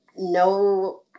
No